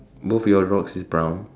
move your rocks is brown